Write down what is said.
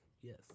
Yes